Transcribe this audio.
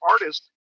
artist